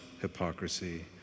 hypocrisy